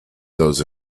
those